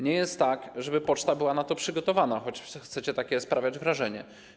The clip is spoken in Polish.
Nie jest tak, żeby poczta była na to przygotowana, choć chcecie sprawiać takie wrażenie.